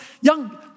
Young